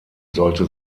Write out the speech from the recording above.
sollte